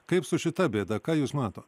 kaip su šita bėda ką jūs matot